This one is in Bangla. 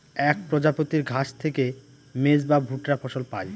এক প্রজাতির ঘাস থেকে মেজ বা ভুট্টা ফসল পায়